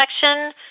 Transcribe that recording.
section